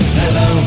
hello